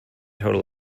total